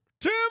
Tim